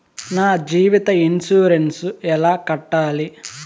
నా జీవిత ఇన్సూరెన్సు ఎలా కట్టాలి?